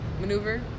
maneuver